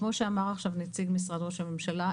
כמו שאמר עכשיו נציג משרד ראש הממשלה,